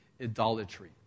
idolatry